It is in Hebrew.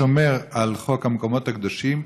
השומר על חוק המקומות הקדושים,